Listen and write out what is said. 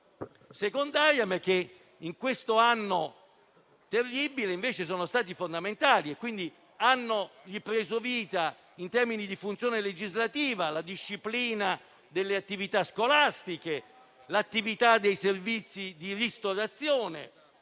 secondarie ma che, in questo anno terribile, sono state invece fondamentali. Hanno quindi ripreso vita, in termini di funzione legislativa, la disciplina delle attività scolastiche; l'attività dei servizi di ristorazione;